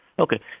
Okay